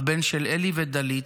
הבן של אלי ודלית,